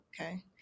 Okay